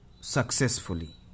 successfully